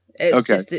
Okay